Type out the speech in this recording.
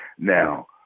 Now